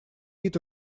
либо